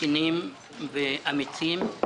כנים ואמיצים.